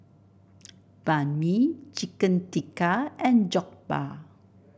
Banh Mi Chicken Tikka and Jokbal